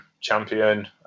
champion